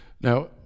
Now